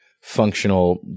functional